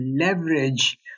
leverage